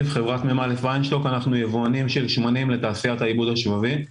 אנחנו יבואנים של שמנים לתעשיית העיבוד השבבי.